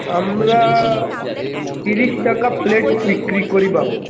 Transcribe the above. আমরা তিরিশ টাকা প্লেট বিক্রি করি বাবু